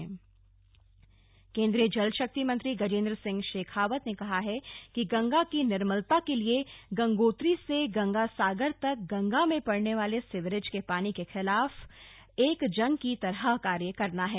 rafting अभियान केन्द्रीय जल शक्ति मंत्री गजेन्द्र सिंह शेखावत ने कहा है कि गंगा की निर्मलता के लिए गंगोत्री से गंगा सागर तक गंगा में पड़ने वाले सिवरेज के पानी के खिलाफ एक जंग की तरह कार्य करना है